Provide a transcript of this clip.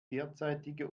derzeitige